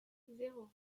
zéro